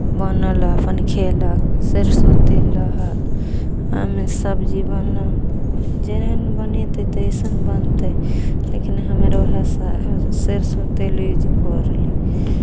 बनल आ अपन खयलक सरिसो तेल रहल ओहिमे सबजी बनल जेहन बनेतै तैसन बनतै लेकिन हमरा उएह साग सरिसोँ तेल यूज करली